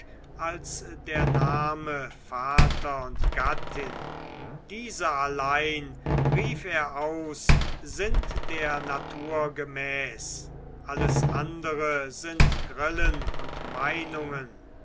als der name vater und gattin diese allein rief er aus sind der natur gemäß alles andere sind grillen und meinungen